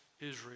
Israel